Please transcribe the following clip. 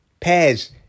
Pears